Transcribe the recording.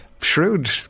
shrewd